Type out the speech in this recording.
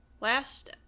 last